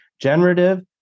generative